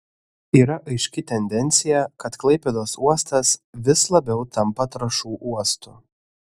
yra aiški tendencija kad klaipėdos uostas vis labiau tampa trąšų uostu